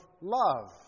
love